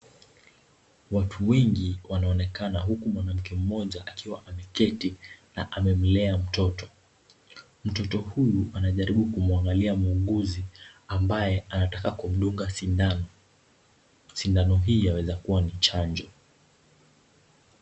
Watu wengi wanaonekana huku mwanaume mmoja akiwa ameketi na amemlea mtoto. Mtoto huyu anajaribu kumuangalia muuguzi ambaye anataka kumdunga sindano. Sindano hii yaweza kuwa ni chanjo.